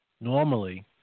normally